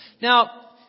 Now